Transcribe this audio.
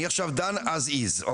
אני עכשיו דן אז איז,